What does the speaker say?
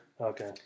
Okay